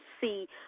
see